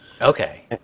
Okay